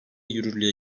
yürürlüğe